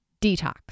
detox